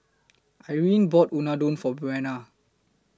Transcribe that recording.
Irine bought Unadon For Buena